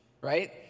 Right